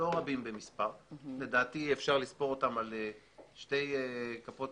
לא רבים במספר לדעתי אפשר לספור אותם על שתי כפות